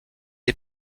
est